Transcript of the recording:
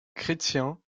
chrétiens